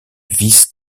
vice